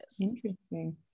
Interesting